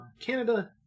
Canada